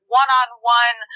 one-on-one